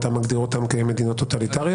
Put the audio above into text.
אתה מגדיר אותן כמדינות טוטליטריות?